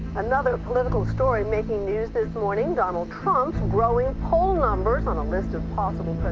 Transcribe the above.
another political story making news this morning donald trump's growing poll numbers on a list of possible.